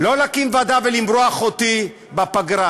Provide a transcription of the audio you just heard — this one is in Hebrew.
לא להקים ועדה ולמרוח אותי בפגרה.